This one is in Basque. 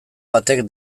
batek